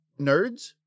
nerds